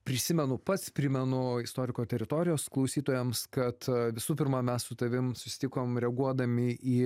prisimenu pats primenu istoriko teritorijos klausytojams kad visų pirma mes su tavim susitikom reaguodami į